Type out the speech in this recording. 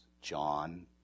John